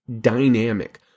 dynamic